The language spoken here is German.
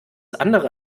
andere